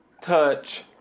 touch